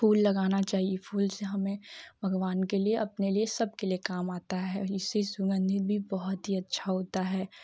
फूल लगाना चाहिए फूल से हमें भगवान के लिए अपने लिए सबके लिए काम आता है इससे सुगन्धित भी बहुत ही अच्छा होता है